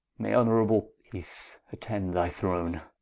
may honorable peace attend thy throne.